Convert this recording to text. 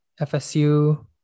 fsu